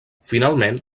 finalment